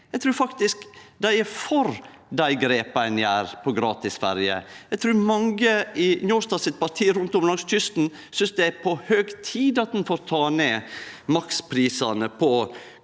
Eg trur faktisk dei er for dei grepa ein gjer med gratisferje. Eg trur mange i Njåstad sitt parti rundt om langs kysten synest det er på høg tid at ein får ta ned maksprisane på